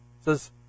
says